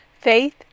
faith